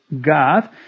God